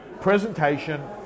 presentation